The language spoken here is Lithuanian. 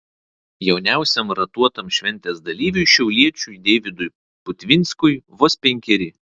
jauniausiam ratuotam šventės dalyviui šiauliečiui deividui putvinskui vos penkeri